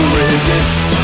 resist